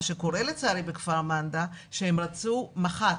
מה שקורה לצערי בכפר מנדא זה שהם רצו מח"ט,